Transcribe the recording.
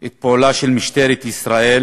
את פועלה של משטרת ישראל.